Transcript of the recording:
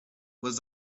was